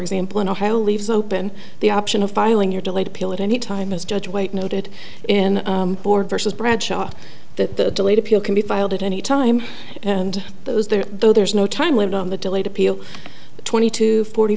example in ohio leaves open the option of filing your delayed appeal at any time as judge white noted in board versus bradshaw that the delayed appeal can be filed at any time and those there though there is no time limit on the delayed appeal twenty two forty